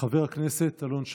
חבר הכנסת אלון שוסטר,